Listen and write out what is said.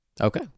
Okay